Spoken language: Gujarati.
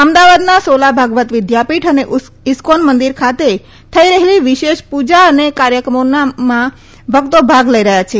અમદાવાદના સોલા ભાગવત વિદ્યાપીઠ અને ઇસ્કોન મંદિર ખાતે થઈ રહેલી વિશેષ પુજા અને કાર્યક્રમોના ભક્તો ભાગ લઈ રહ્યા છે